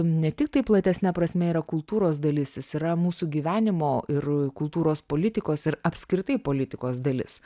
ne tiktai platesne prasme yra kultūros dalis jis yra mūsų gyvenimo ir kultūros politikos ir apskritai politikos dalis